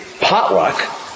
potluck